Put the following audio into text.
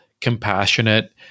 compassionate